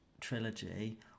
trilogy